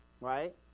Right